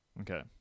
okay